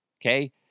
Okay